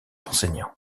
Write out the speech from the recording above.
enseignant